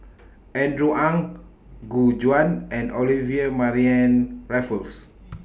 Andrew Ang Gu Juan and Olivia Mariamne Raffles